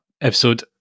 episode